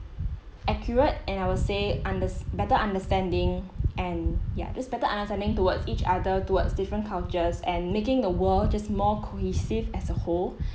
accurate and I will say underst~ better understanding and yeah just better understanding towards each other towards different cultures and making the world just more cohesive as a whole